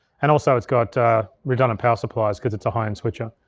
and also it's got redundant power supplies, cause it's a high-end switcher.